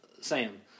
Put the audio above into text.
Sam